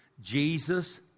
Jesus